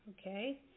Okay